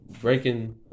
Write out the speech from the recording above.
breaking